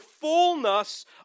fullness